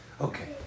Okay